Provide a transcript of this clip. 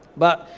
but,